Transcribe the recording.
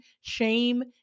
shame